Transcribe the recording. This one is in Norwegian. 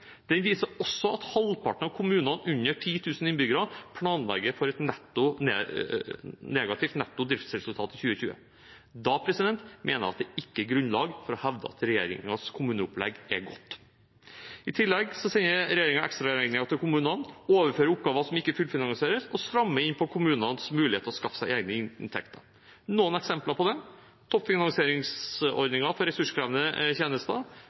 Den viser også at halvparten av kommunene med under 10 000 innbyggere planlegger for et negativt netto driftsresultat i 2020. Da mener jeg at det ikke er grunnlag for å hevde at regjeringens kommuneopplegg er godt. I tillegg sender regjeringen ekstraregninger til kommunene, overfører oppgaver som ikke fullfinansieres, og strammer inn på kommunenes mulighet til å skaffe seg egne inntekter. Her er noen eksempler på det: Toppfinansieringsordningen for ressurskrevende tjenester